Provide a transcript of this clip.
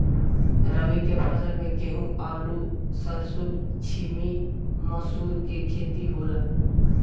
रबी के फसल में गेंहू, आलू, सरसों, छीमी, मसूर के खेती होला